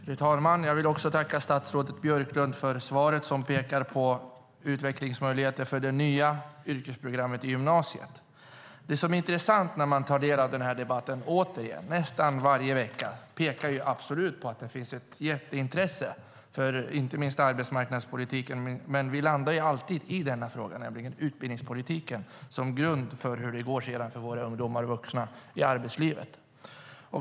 Fru talman! Jag vill också tacka statsrådet Björklund för svaret, som pekar på utvecklingsmöjligheter för de nya yrkesprogrammen i gymnasiet. Det är intressant att återigen ta del av denna debatt. Den förs nästan varje vecka, vilket absolut pekar på att det finns ett jätteintresse. Det handlar inte minst om arbetsmarknadspolitiken, men vi landar alltid i utbildningspolitiken som grund för hur det sedan går för våra ungdomar och vuxna i arbetslivet.